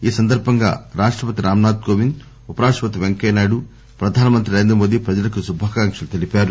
ఈ సంతర్భంగా రాష్ట పతి రామీ నాథ్ కోవింద్ ఉపరాష్టపతి పెంకయ్యనాయుడు ప్రధానమంత్రి నరేంద్ర మోదీ ప్రజలకు శుభాకాంక్షలు తెలిపారు